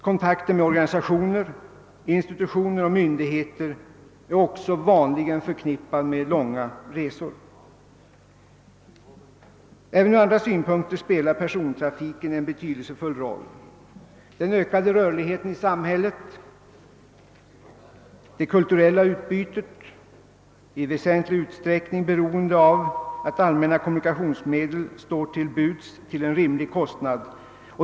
Kontakten med organisationer, institutioner och myndigheter är också vanligen förknippad med långa resor. Även från andra synpunkter spelar persontrafiken en betydelsefull roll. Den ökade rörligheten i samhället och det kulturella utbytet är i väsentlig utsträckning beroende av att allmänna kommunikationsmedel står till buds till en rimlig kostnad.